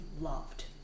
loved